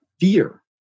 fear